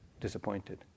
disappointed